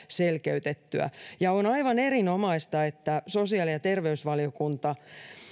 selkeytettyä on aivan erinomaista että sosiaali ja terveysvaliokunta